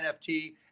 NFT